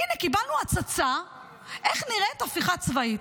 הינה, קיבלנו הצצה איך נראית הפיכה צבאית.